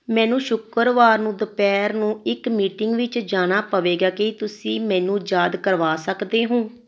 ਮੈਨੂੰ ਸ਼ੁੱਕਰਵਾਰ ਨੂੰ ਦੁਪਹਿਰ ਨੂੰ ਇੱਕ ਮੀਟਿੰਗ ਵਿੱਚ ਜਾਣਾ ਪਵੇਗਾ ਕੀ ਤੁਸੀਂ ਮੈਨੂੰ ਯਾਦ ਕਰਵਾ ਸਕਦੇ ਹੋ